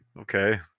okay